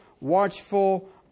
watchful